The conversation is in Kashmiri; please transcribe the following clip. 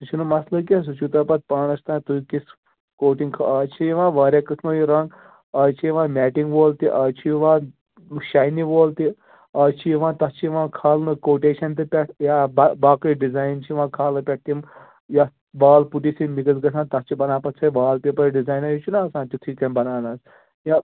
سُہ چھُنہٕ مَسلہٕ کیٚنٛہہ سُہ چھُو تۄہہِ پَتہٕ پانَس تام تُہۍ کِژھ کوٹِنٛگ آز چھِ یِوان واریاہ قٕسمو یہِ رنٛگ آز چھِ یِوان میٹِنٛگ وول تہِ آز چھِ یِوان شاینہِ وول تہِ آز چھِ یِوان تَتھ چھِ یِوان کھالنہٕ کوٹیشَن تہِ پٮ۪ٹھ یا باقٕے ڈِزایِن چھِ یِوان کھالنہٕ پٮ۪ٹھ تِم یَتھ وال پُٹی سۭتۍ مِکٕس گژھان تَتھ چھِ بَنان پَتہٕ سۄے وال پیپر ڈِزاینا ہیوٗ چھُنہ آسان تیُتھُے تِم بَناونہٕ حظ یا